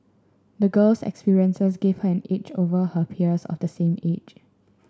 the girl's experiences gave her an edge over her peers of the same age